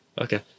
Okay